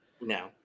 no